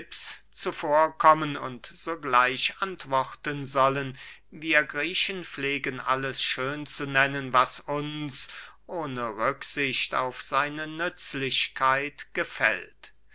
kommen und sogleich antworten sollen wir griechen pflegen alles schön zu nennen was uns ohne rücksicht auf seine nützlichkeit gefällt